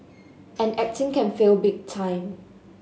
and acting can fail big time